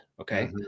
Okay